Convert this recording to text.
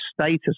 status